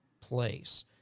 place